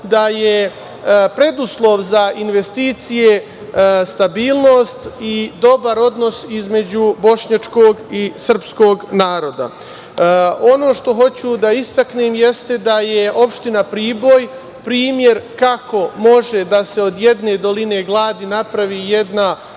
da je preduslov za investicije stabilnost i dobar odnos između bošnjačkog i srpskog naroda. Ono što hoću da istaknem jeste da je Opština Priboj primer kako može da se od jedne doline gladi napravi jedna